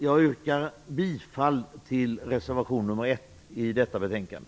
Jag yrkar bifall till reservation nr 1 i detta betänkande.